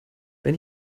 wenn